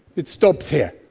it stops here.